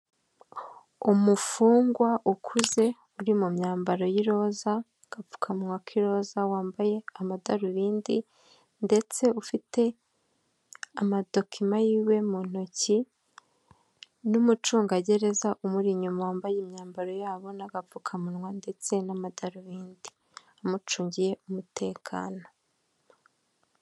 Umufungwa ukuze uri mu myambaro y'iroza, agapfukamuwa k'iroza wambaye amadarubindi ndetse ufite amadokima y'iwe mu ntoki n'umucungagereza umuri inyuma wambaye imyambaro yabo n'agapfukamunwa ndetse n'amadarubindi amucungiye umutekano.